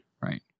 right